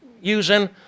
using